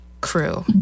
crew